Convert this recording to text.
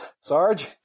Sarge